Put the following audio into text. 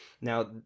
Now